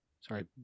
Sorry